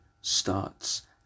starts